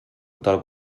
del